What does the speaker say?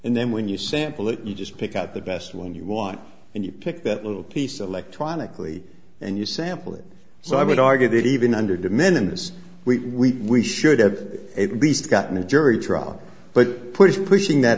and then when you sample it you just pick out the best one you want and you pick that little piece of electronically and you sample it so i would argue that even under de minimus we should have at least gotten a jury trial but put in pushing that